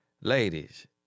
Ladies